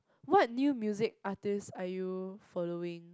what new music artist are you following